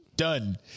Done